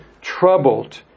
troubled